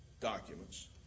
documents